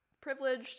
privileged